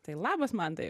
tai labas mantai